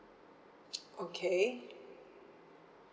okay